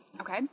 okay